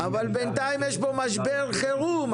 אבל בינתיים יש פה משבר חירום,